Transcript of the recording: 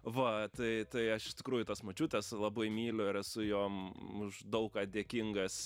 va tai tai aš iš tikrųjų tas močiutes labai myliu ir esu jom už daug ką dėkingas